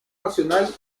nacional